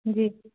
जी